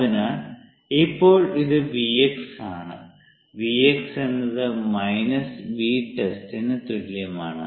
അതിനാൽ ഇപ്പോൾ ഇത് Vx ആണ് Vx എന്നത് മൈനസ് Vtestന് തുല്യമാണ്